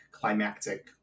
climactic